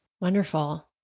Wonderful